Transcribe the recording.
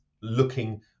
looking